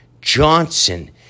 Johnson